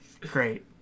Great